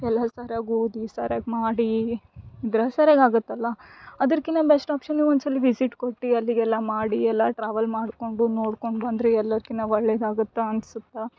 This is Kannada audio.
ಎಲ್ಲ ಸರ್ಯಾಗಿ ಓದಿ ಸರ್ಯಾಗಿ ಮಾಡಿ ಗ್ರಾಸರೆಗ್ ಆಗತ್ತೆ ಅಲ್ಲ ಅದ್ರಕಿನ್ನ ಬೆಸ್ಟ್ ಆಪ್ಷನ್ನು ಒಂದು ಸಲ ವಿಸಿಟ್ ಕೊಟ್ಟು ಅಲ್ಲಿಗೆಲ್ಲ ಮಾಡಿ ಎಲ್ಲ ಟ್ರಾವಲ್ ಮಾಡಿಕೊಂಡು ನೋಡಿಕೊಂಡು ಬಂದರೆ ಎಲ್ಲರ್ಕಿನ್ನ ಒಳ್ಳೇದು ಆಗತ್ತೆ ಅನಿಸುತ್ತಾ